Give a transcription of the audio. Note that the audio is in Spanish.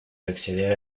acceder